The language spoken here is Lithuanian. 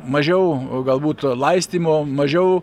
mažiau o galbūt laistymo mažiau